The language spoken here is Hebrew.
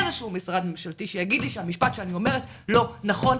איזשהו משרד ממשלתי שיגיד לי שהמשפט שאני אומרת לא נכון.